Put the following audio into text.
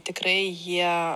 tikrai jie